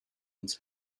uns